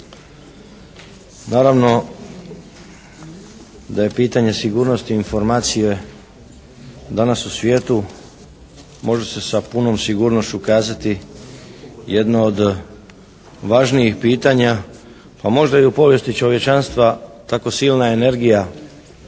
Naravno da je pitanje sigurnosti informacije, danas u svijetu može se sa punom sigurnošću kazati jedno od važnijih pitanja pa možda i u povijesti čovječanstva tako silna energija